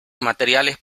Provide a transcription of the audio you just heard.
materiales